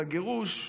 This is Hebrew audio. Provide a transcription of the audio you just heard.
לגירוש,